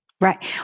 Right